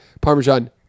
Parmesan